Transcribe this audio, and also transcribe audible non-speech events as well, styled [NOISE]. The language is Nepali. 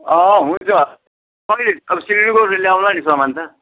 अ हुन्छ कहिले अब [UNINTELLIGIBLE] ल्याउँला नि सामान त